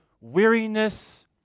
weariness